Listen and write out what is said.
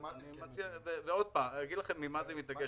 אני אגיד לכם עם מה זה מתנגש.